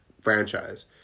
franchise